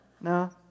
No